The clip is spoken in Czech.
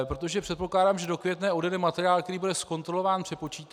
Protože předpokládám, že do Květné odjede materiál, který bude zkontrolován, přepočítán.